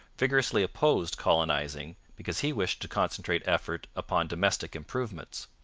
vigorously opposed colonizing because he wished to concentrate effort upon domestic improvements.